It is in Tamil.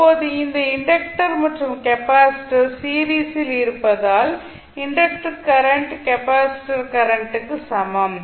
இப்போது இந்தப் இண்டக்டர் மற்றும் கெப்பாசிட்டர் சீரிஸில் இருப்பதால் இண்டக்டர் கரண்ட் கெப்பாசிட்டர் கரண்ட் க்கு சமம்